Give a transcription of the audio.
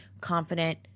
confident